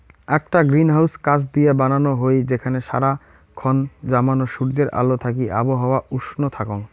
আকটা গ্রিনহাউস কাচ দিয়া বানানো হই যেখানে সারা খন জমানো সূর্যের আলো থাকি আবহাওয়া উষ্ণ থাকঙ